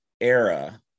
era